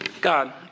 God